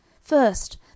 first